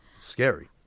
Scary